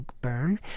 Burn